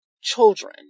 children